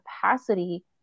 capacity